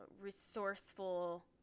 resourceful